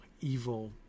evil